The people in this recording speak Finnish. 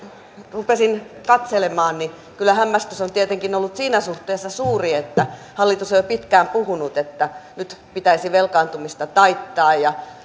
rupesin katselemaan niin kyllä hämmästys on tietenkin ollut siinä suhteessa suuri kun hallitus on jo pitkään puhunut että nyt pitäisi velkaantumista taittaa